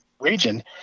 region